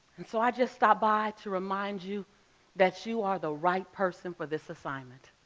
and so i just stopped by to remind you that you are the right person for this assignment.